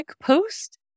post